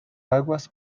aguas